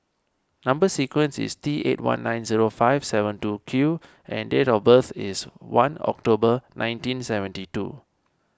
Number Sequence is T eight one nine zero five seven two Q and date of birth is one October nineteen seventy two